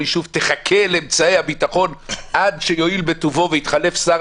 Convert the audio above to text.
ישוב חכה לאמצעי הביטחון עד שיואיל בטובו ויתחלף שר